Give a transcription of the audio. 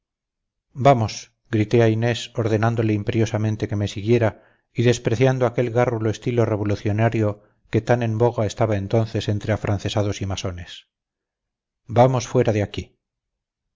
grité a inés ordenándole imperiosamente que me siguiera y despreciando aquel gárrulo estilo revolucionario que tan en boga estaba entonces entre afrancesados y masones vamos fuera de aquí